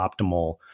optimal